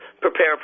prepare